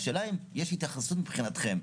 השאלה אם יש התייחסות מבחינתכם?